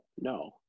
no